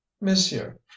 monsieur